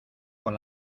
con